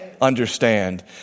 understand